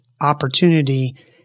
opportunity